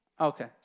Okay